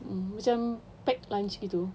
mm macam packed lunch gitu